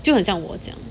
就很像我这样